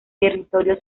territorio